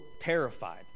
terrified